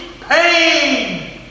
pain